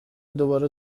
دوباره